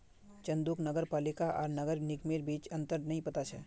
चंदूक नगर पालिका आर नगर निगमेर बीच अंतर नइ पता छ